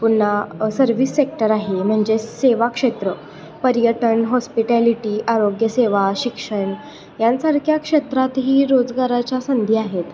पुन्हा service sector आहे म्हणजेच सेवाक्षेत्र पर्यटन हॉस्पिटॅलिटी आरोग्यसेवा शिक्षण यासारख्या क्षेत्रातही रोजगाराच्या संधी आहेत